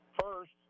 First